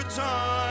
time